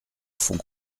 font